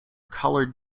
coloured